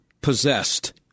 possessed